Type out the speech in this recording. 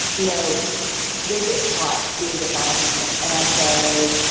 you know they get caught being dishonest with me and i say,